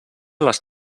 les